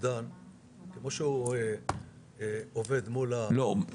המוקדן או שהוא עובד מול --- לא,